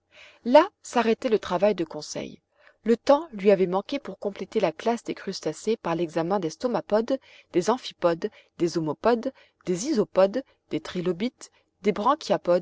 là s'arrêtait le travail de conseil le temps lui avait manqué pour compléter la classe des crustacés par l'examen des stomapodes des amphipodes des homopodes des isopodes des trilobites des